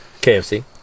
KFC